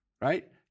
Right